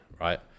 right